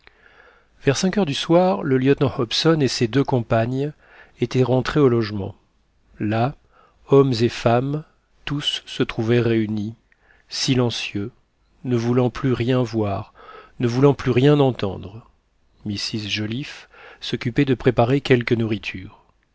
vers cinq heures du soir le lieutenant hobson et ses deux compagnes étaient rentrés au logement là hommes et femmes tous se trouvèrent réunis silencieux ne voulant plus rien voir ne voulant plus rien entendre mrs joliffe s'occupait de préparer quelque nourriture